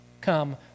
come